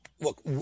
look